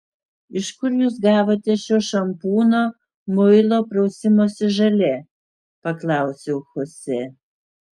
iš kur jūs gavote šio šampūno muilo prausimosi želė paklausiau chosė